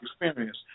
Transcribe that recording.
experience